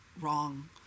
wrong